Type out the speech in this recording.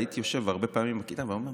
הייתי יושב בכיתה ואומר,